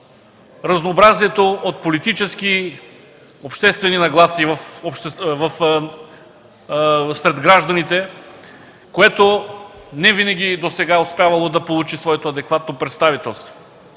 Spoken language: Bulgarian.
разнообразието от политически и обществени нагласи сред гражданите, което не винаги досега е успявало да получи своето адекватно представителство.